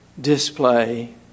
display